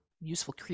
useful